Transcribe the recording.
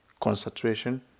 concentration